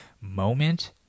moment